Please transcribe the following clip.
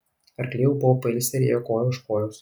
arkliai jau buvo pailsę ir ėjo koja už kojos